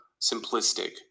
simplistic